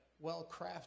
well-crafted